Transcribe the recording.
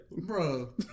bro